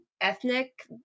ethnic